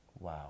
Wow